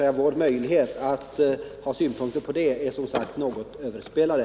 Men våra möjligheter att anlägga synpunkter på detta är som sagt överspelade.